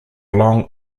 long